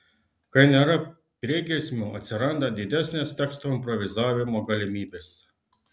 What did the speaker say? kai nėra priegiesmio atsiranda didesnės teksto improvizavimo galimybės